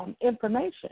information